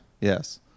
Yes